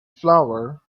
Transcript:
flour